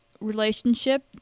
relationship